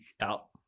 out